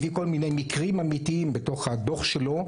הביא כל מיני מקרים אמיתיים בתוך הדוח שלו,